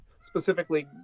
specifically